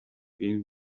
been